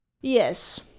Yes